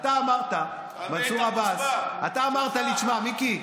אתה אמרת, מנסור עבאס, אתה אמרת לי: תשמע, מיקי,